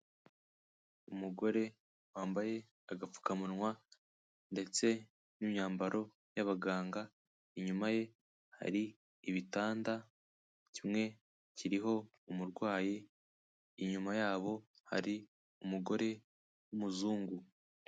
Umugore wambaye agapfukamunwa ndetse n'imyambaro y'abaganga, inyuma ye hari ibitanda, kimwe kiriho umurwayi, inyuma yabo hari umugore w'umuzungu.